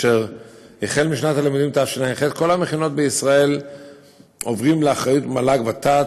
החל משנת הלימודים תשע"ח כל המכינות בישראל עוברות לאחריות מל"ג-ות"ת.